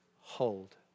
hold